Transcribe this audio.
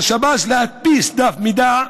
על שב"ס להדפיס דף מידע